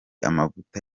amavuta